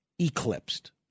eclipsed